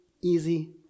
easy